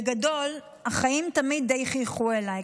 בגדול, החיים תמיד די חייכו אליי.